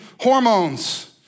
hormones